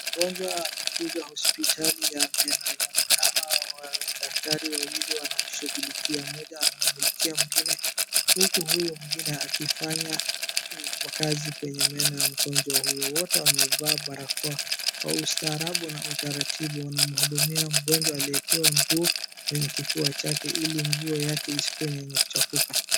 Mgonjwa amekuja hospitali ya meno. Inaonekana daktari wawili wanamshughulikia. Mmoja anammulikia mwingine, huku huyo mwingine akifanya kazi kwenye meno ya mgonjwa huyo. Wote wamevaa barakoa. Kwa ustaarabu na utaratibu wanamhudumia mgonjwa aliye ekewa nguo kwenye kifua yake, ili nguo yake isikuwe ni yenye kuchafuka.